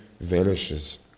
vanishes